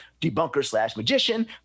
debunker-slash-magician